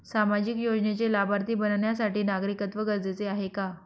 सामाजिक योजनेचे लाभार्थी बनण्यासाठी नागरिकत्व गरजेचे आहे का?